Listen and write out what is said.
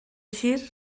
gir